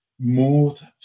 moved